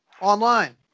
Online